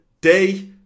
day